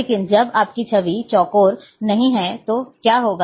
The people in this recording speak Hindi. लेकिन जब आपकी छवि चौकोर नहीं है तो क्या होगा